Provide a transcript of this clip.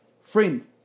Friend